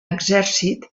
exèrcit